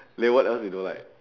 then what else you don't like